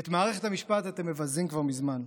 את מערכת המשפט אתם מבזים כבר מזמן.